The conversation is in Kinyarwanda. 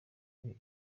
uri